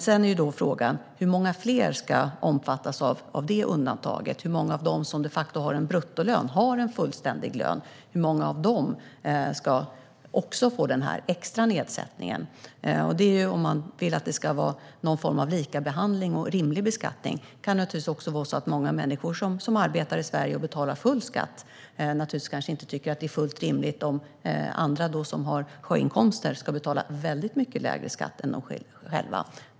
Sedan är frågan hur många fler som ska omfattas av det undantaget, hur många av dem som de facto har en bruttolön, en fullständig lön, som också ska få den extra nedsättningen. Vi vill att det ska vara någon form av likabehandling och rimlig beskattning. Men det kan naturligtvis vara så att många människor som arbetar i Sverige och betalar full skatt inte tycker att det är fullt rimligt om andra som har sjöinkomster ska betala väldigt mycket lägre skatt än de själva.